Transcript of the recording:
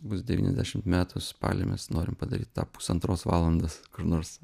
bus devyniasdešimt metų spalį mes norim padaryt tą pusantros valandos kur nors